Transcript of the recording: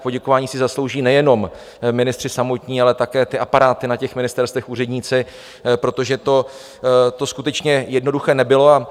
Poděkování si zaslouží nejenom ministři samotní, ale také aparáty na ministerstvech, úředníci, protože to skutečně jednoduché nebylo.